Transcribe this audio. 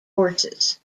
horses